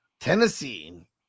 Tennessee